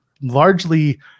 largely